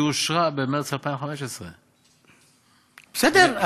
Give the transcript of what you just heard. שאושרה במרס 2015. בסדר,